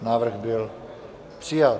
Návrh byl přijat.